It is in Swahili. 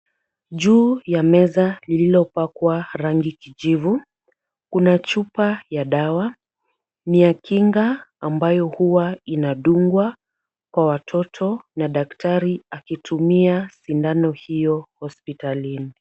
Juu ya meza lililopakwa rangi kijivu kuna chupa ya dawa. Ni ya kinga ambayo huwa inadungwa kwa watoto na daktari akitumia sindano hiyo hospitalini.